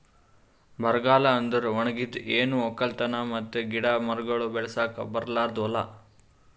ಬರಗಾಲ ಅಂದುರ್ ಒಣಗಿದ್, ಏನು ಒಕ್ಕಲತನ ಮತ್ತ ಗಿಡ ಮರಗೊಳ್ ಬೆಳಸುಕ್ ಬರಲಾರ್ದು ಹೂಲಾ